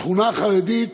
שכונה חרדית